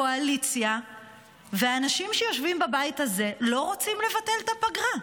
הקואליציה והאנשים שיושבים בבית הזה לא רוצים לבטל את הפגרה?